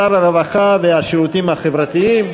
שר הרווחה והשירותים החברתיים.